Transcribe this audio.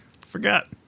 forgot